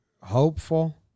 hopeful